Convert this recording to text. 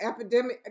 epidemic